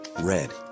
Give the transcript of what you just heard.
Red